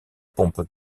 pompe